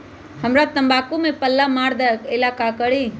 हमरा तंबाकू में पल्ला मार देलक ये ला का करी?